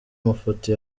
mafoto